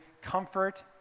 comfort